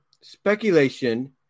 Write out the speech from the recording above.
speculation